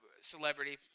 celebrity